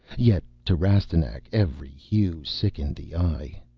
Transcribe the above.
yet to rastignac every hue sickened the eye.